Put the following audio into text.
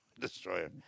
destroyer